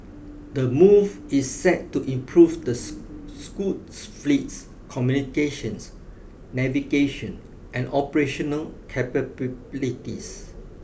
the move is set to improve the Scoot fleet's communications navigation and operational capabilities